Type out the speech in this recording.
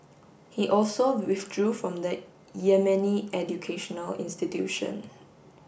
he also withdrew from the Yemeni educational institution